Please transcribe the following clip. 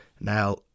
now